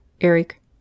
Eric